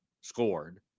scored